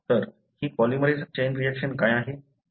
तर ही polymerase chain reaction काय आहे